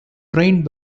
trained